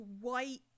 white